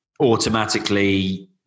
Automatically